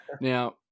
Now